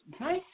Nice